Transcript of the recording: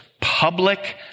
public